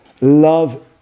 Love